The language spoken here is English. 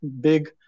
big